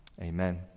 Amen